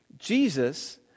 Jesus